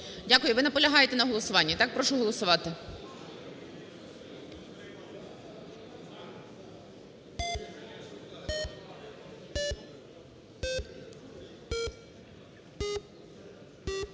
Дякую. Ви наполягаєте на голосуванні, так? Прошу голосувати.